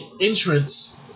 entrance